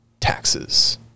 taxes